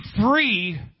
free